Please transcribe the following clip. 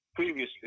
Previously